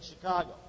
Chicago